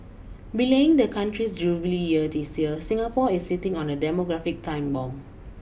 belying the country's Jubilee this year Singapore is sitting on a demographic time bomb